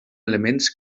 elements